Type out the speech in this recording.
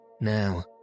Now